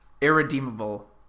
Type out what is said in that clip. irredeemable